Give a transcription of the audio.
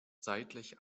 seitlich